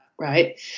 right